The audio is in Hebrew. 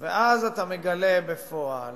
אתה מגלה בפועל